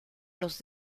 los